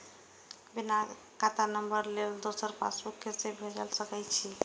बिना खाता नंबर लेल दोसर के पास पैसा भेज सके छीए?